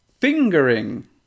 Fingering